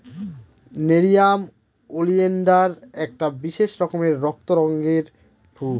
nerium oleander একটা বিশেষ রকমের রক্ত রঙের ফুল